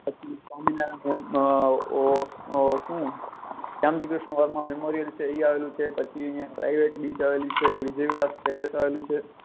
પછી સ્વામિનારાયણ એમ અઅ ઓ અઅ શું શ્યામજીકૃષ્ણ વર્મા મેમોરીઅલ છે એ આવેલું છે પછી અહીંયા પ્રાઇવેટ બીચ આવેલી છે વિજય વિલાસ પેલેસ આવેલું છે